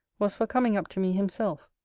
was for coming up to me himself,